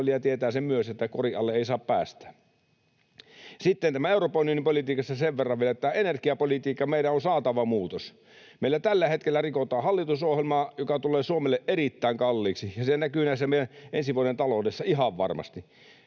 tietää sen, että korin alle ei saa päästää. Sitten tästä Euroopan unionin politiikasta vielä sen verran, että energiapolitiikkaan meidän on saatava muutos. Meillä tällä hetkellä rikotaan hallitusohjelmaa, mikä tulee Suomelle erittäin kalliiksi, ja se näkyy meidän ensi vuoden taloudessa ihan varmasti.